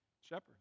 Shepherd